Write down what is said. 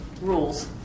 rules